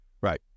Right